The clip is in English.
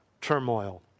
turmoil